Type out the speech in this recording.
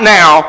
now